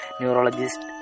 neurologist